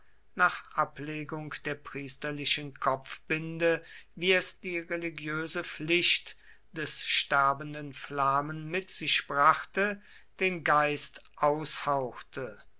nach ablegung der priesterlichen kopfbinde wie es die religiöse pflicht des sterbenden flamen mit sich brachte den geist aushauchte